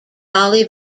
dolly